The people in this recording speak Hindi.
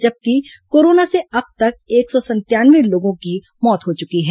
जबकि कोरोना से अब तक एक सौ संतानवे लोगों की मौत हो चुकी है